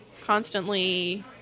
constantly